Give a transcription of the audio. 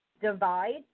divide